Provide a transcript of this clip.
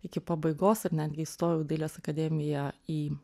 iki pabaigos ir netgi įstojau į dailės akademiją į